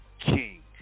King